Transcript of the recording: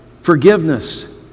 Forgiveness